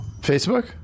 Facebook